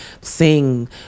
sing